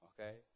okay